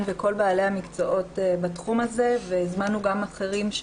וכל בעלי המקצועות בתחום הזה והזמנו גם אחרים,